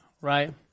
right